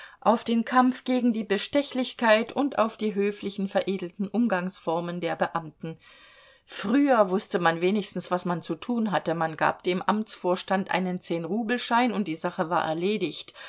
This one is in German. auf den kampf gegen die bestechlichkeit und auf die höflichen veredelten umgangsformen der beamten früher wußte man wenigstens was man zu tun hatte man gab dem amtsvorstand einen zehnrubelschein und die sache war erledigt